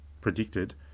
predicted